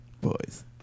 Boys